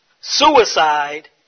Suicide